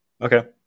Okay